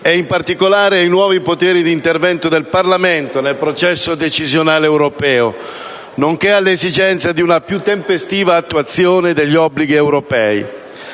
in particolare, ai nuovi poteri di intervento del Parlamento nel processo decisionale europeo, nonché all'esigenza di una più tempestiva attuazione degli obblighi europei.